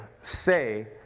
say